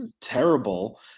terrible